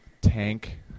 tank